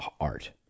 art